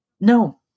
no